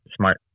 smart